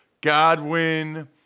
Godwin